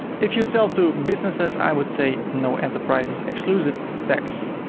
if you sell to businesses, i would say, no enter prices exclusive of tax.